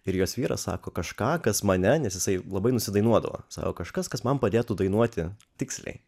ir jos vyras sako kažką kas mane nes jisai labai nusidainuodavo sako kažkas kas man padėtų dainuoti tiksliai